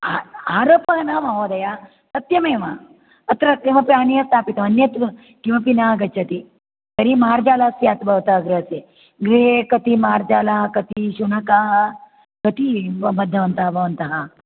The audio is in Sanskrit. आर् आरोपः न महोदय सत्यमेव अत्र किमपि आनीय स्थापितवान् अन्यत् किमपि न आगच्छति तर्हि मार्जालः स्यात् भवतः गृहस्य गृहे कति मार्जालाः कति शुनकाः कति बद्धवन्तः भवन्तः